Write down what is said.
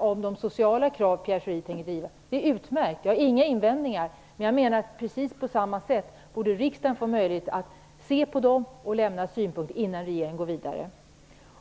om de sociala krav som Pierre Schori tänker driva, och det är utmärkt - jag har inga invändningar. Jag menar att riksdagen precis på samma sätt borde få möjlighet att se på dem och lämna synpunkter på dem innan regeringen går vidare.